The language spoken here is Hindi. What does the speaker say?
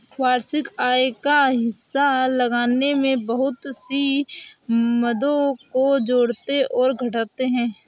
वार्षिक आय का हिसाब लगाने में बहुत सी मदों को जोड़ते और घटाते है